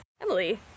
Emily